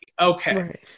Okay